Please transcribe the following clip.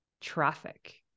traffic